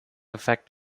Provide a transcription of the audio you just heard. effect